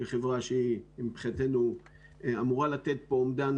שהיא חברה מבחינתנו שאמורה לתת פה אומדן